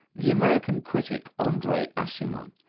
the american critic andre aciman,